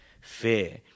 fear